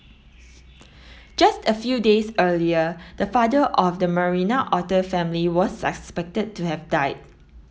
just a few days earlier the father of the Marina otter family was suspected to have died